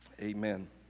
amen